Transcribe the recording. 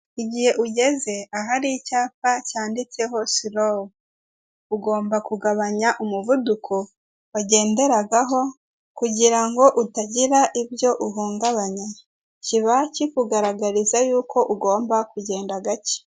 Igihe ugeze ahari icyapa cyanditseho sirowu, ugomba kugabanya umuvuduko wagenderagaho, kugira ngo utagira ibyo uhungabanya, kiba kikugaragariza yuko ugomba kugenda gacye.